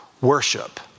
worship